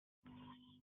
нет